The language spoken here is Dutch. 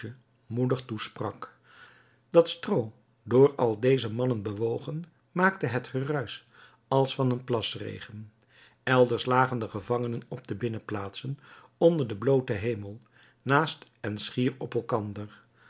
moedig toesprak dat stroo door al deze mannen bewogen maakte het geruisch als van een plasregen elders lagen de gevangenen op de binnenplaatsen onder den blooten hemel naast en schier op elkander